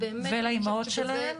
ולאימהות שלהן.